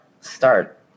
start